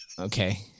Okay